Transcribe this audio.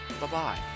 Bye-bye